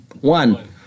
one